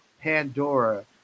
Pandora